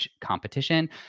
competition